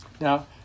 Now